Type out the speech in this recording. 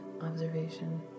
observation